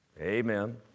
Amen